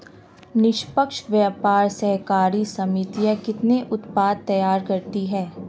निष्पक्ष व्यापार सहकारी समितियां कितने उत्पाद तैयार करती हैं?